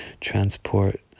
transport